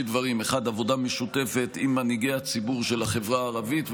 דברים: 1. עבודה משותפת עם מנהיגי הציבור של החברה הערבית,